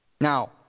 Now